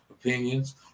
opinions